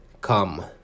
come